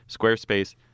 Squarespace